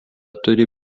turi